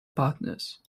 partners